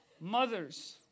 mothers